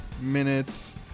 minutes